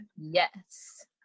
Yes